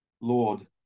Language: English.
Lord